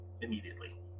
immediately